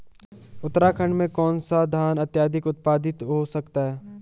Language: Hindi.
उत्तराखंड में कौन सा धान अत्याधिक उत्पादित हो सकता है?